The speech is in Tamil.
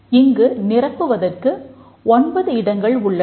இங்கு நிரப்புவதற்கு 9 இடங்கள் உள்ளன